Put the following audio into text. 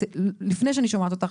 לפני שאני שומעת אותך,